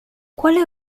quale